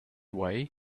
way